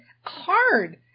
hard